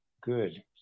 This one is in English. good